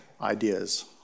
ideas